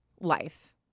life